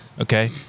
Okay